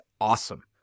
awesome